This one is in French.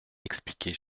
expliquait